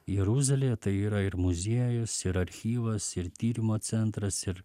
jeruzalėje tai yra ir muziejus ir archyvas ir tyrimo centras ir